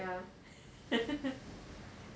ya